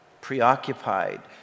preoccupied